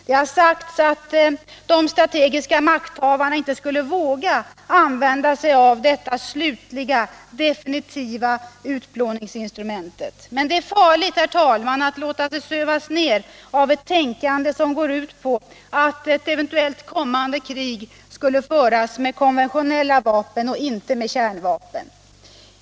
Det har sagts att de strategiska makthavarna inte skulle våga använda sig av detta definitiva utplåningsinstrument. Men det är farligt att låta sig sövas ner av ett tänkande som går ut på att ett eventuellt kommande krig kommer att föras med ”konventionella” vapen och inte med kärnvapen.